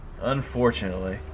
Unfortunately